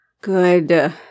Good